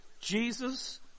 Jesus